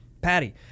Patty